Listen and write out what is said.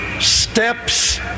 steps